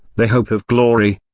the hope of glory.